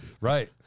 Right